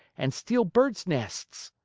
and steal birds' nests.